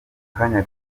kanya